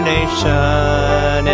Nation